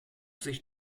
sich